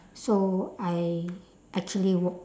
so I actually walk